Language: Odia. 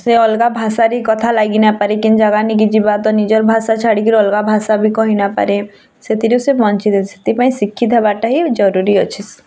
ସେ ଅଲଗା ଭାଷାରେ କଥା ଲାଗି ନ ପାରେ କିନ୍ତୁ ଜବାନୀ କେ ଯିବା ତ ନିଜର୍ ଭାଷା ଛାଡ଼ି କି ଅଲଗା ଭାଷା ବି କହି ନ ପାରେ ସେଥିରୁ ସେ ବଞ୍ଚିତ ଅଛି ସେଥିପାଇଁ ଶିକ୍ଷିତ ହେବା ଟା ଜରୁରୀ ଅଛି